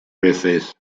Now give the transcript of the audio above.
veces